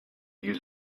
use